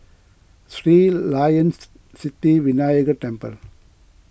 Sri Layan's Sithi Vinayagar Temple